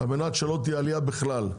על מנת שלא תהיה עלייה בכלל.